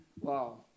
Wow